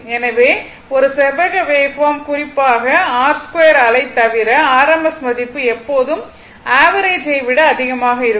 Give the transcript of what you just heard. எனவே ஒரு செவ்வக வேவ்பார்ம் குறிப்பாக r2 அலை தவிர RMS மதிப்பு எப்போதும் ஆவரேஜ் ஐ விட அதிகமாக இருக்கும்